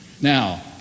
Now